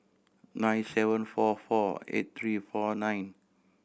nine seven four four eight three four nine